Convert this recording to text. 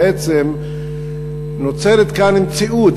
בעצם נוצרת כאן מציאות.